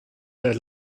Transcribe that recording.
der